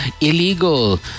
Illegal